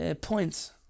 points